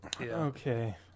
Okay